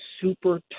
super